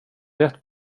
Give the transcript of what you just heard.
rätt